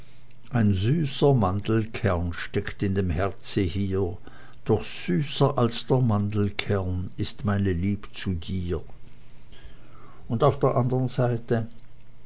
ein süßer mandelkern steckt in dem herze hier doch süßer als der mandelkern ist meine lieb zu dir und auf der anderen seite